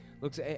looks